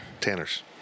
Tanner's